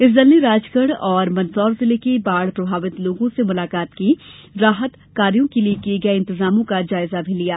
इस दल ने राजगढ़ और मंदसौर जिले के बाढ़ प्रभावित लोगों से मुलकात की और राहत कार्यों के लिए किये गये इंतजामों का जायजा भी लिया